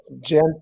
Jen